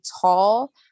tall